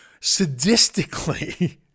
sadistically